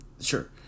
Sure